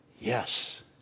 Yes